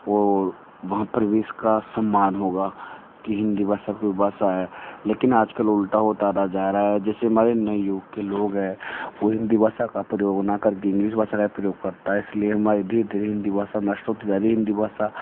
और वहाँ पर भी इसका सम्मान होगा कि हिंदी भाषा कोई भाषा है लेकिन आज कल उल्टा होता जा रहा है जैसे हमारे नये युग के लोग हैं वह हिंदी भाषा का प्रयोग न करके इंग्लिस भाषा का प्रयोग करता है इसलिए हमारी धीरे धीरे हिंदी भाषा नष्ट होती जा रही है हिंदी भाषा